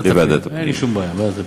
ועדת הפנים.